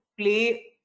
play